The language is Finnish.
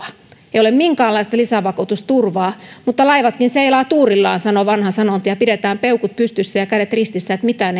ei ole minkäänlaista lisävakuutusturvaa mutta laivatkin seilaa tuurillaan sanoo vanha sanonta ja pidetään peukut pystyssä ja kädet ristissä että mitään